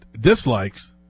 dislikes